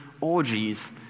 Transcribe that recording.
orgies